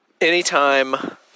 Anytime